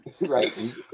Right